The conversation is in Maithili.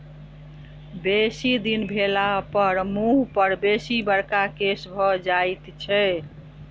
बेसी दिन भेलापर मुँह पर बेसी बड़का केश भ जाइत छै